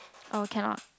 oh cannot